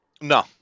No